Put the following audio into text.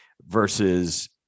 versus